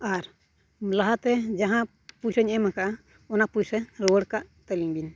ᱟᱨ ᱞᱟᱦᱟᱛᱮ ᱡᱟᱦᱟᱸ ᱯᱚᱭᱥᱟᱧ ᱮᱢ ᱟᱠᱟᱫᱼᱟ ᱚᱱᱟ ᱯᱚᱭᱥᱟ ᱨᱩᱣᱟᱹᱲ ᱠᱟᱜ ᱛᱟᱹᱞᱤᱧ ᱵᱤᱱ